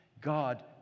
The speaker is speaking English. God